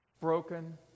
broken